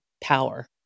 power